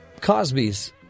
Cosbys